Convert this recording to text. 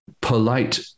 polite